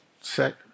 set